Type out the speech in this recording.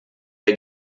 der